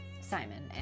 Simon